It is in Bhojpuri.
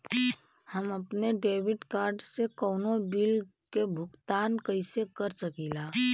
हम अपने डेबिट कार्ड से कउनो बिल के भुगतान कइसे कर सकीला?